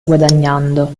guadagnando